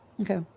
Okay